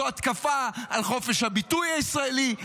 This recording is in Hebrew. זו התקפה על חופש הביטוי הישראלי,